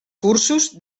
cursos